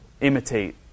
imitate